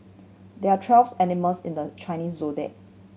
there are twelve animals in the Chinese Zodiac